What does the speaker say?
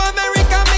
America